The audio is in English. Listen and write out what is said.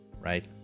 right